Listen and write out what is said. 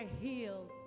healed